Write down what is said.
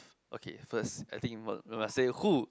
okay first I think you must you must say who